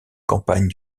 campagne